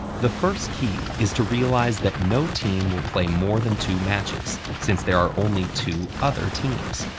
the first key is to realize that no team will play more than two matches, since there are only two other teams.